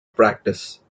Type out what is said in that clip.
practice